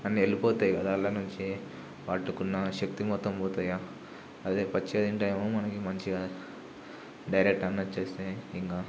అని వెళ్ళిపోతాయి కదా అందులో నుంచి వాటికి ఉన్న శక్తి మొత్తం పోతాయి కదా అదే పచ్చిగా తింటేనేమో మనకి మంచిగా డైరెక్టర్ అన్నీ వచ్చేస్తాయి ఏం కాదు